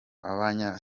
abanya